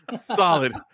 Solid